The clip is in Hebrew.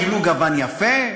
השמות קיבלו גוון יפה,